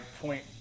point